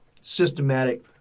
systematic